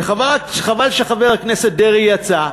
וחבל שחבר הכנסת דרעי יצא,